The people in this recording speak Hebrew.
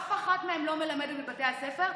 אף אחת מהן לא מלמדת בבתי הספר.